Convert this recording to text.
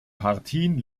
partien